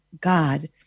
God